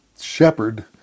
shepherd